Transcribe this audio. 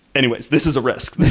anyways, this is a risk.